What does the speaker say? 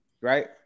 right